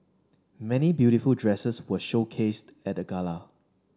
many beautiful dresses were showcased at the gala